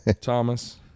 Thomas